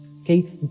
okay